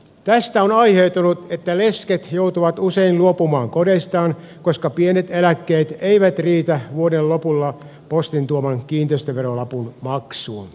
tästä on aiheutunut että lesket joutuvat usein luopumaan kodeistaan koska pienet eläkkeet eivät riitä vuoden lopulla postin tuoman kiinteistöveron maksuun